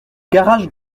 garage